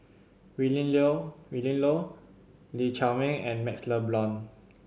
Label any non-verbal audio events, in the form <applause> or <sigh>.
Willin <unintelligible> Willin Low Lee Chiaw Meng and MaxLe Blond